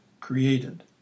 created